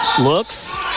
Looks